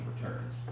returns